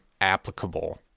applicable